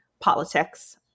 politics